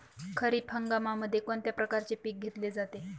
खरीप हंगामामध्ये कोणत्या प्रकारचे पीक घेतले जाते?